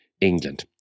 England